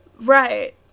Right